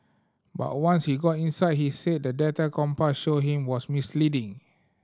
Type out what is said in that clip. but once he got inside he said the data Compass showed him was misleading